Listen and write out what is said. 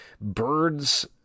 Birds